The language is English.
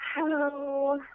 Hello